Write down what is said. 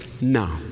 no